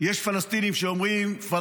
יש פלסטינים שאומרים: (אומר דברים בשפה הערבית,